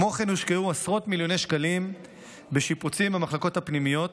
כמו כן הושקעו עשרות מיליוני שקלים בשיפוץ במחלקות הפנימיות